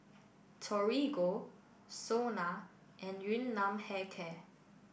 Torigo SONA and Yun Nam Hair Care